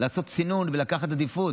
לעשות סינון ולקחת עדיפות,